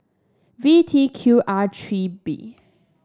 V T Q R three B